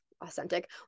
authentic